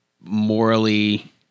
morally